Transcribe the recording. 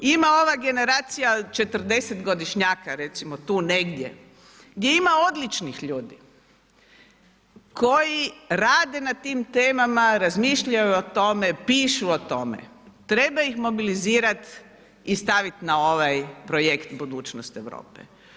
Ima ova generacija 40-godinšnjaka recimo, tu negdje, gdje ima odličnih ljudi koji rade na tim temama, razmišljaju o tome, pišu o tome, treba ih mobilizirati i staviti na ovaj projekt budućnost Europe.